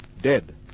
Dead